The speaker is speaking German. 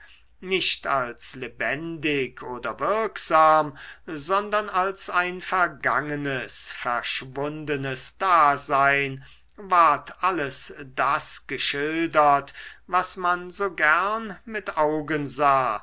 nicht als lebendig oder wirksam sondern als ein vergangenes verschwundenes dasein ward alles das geschildert was man so gern mit augen sah